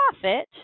profit